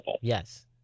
Yes